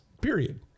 Period